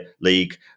League